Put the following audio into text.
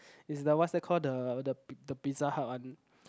it's the what's that called the the Pizza Hut one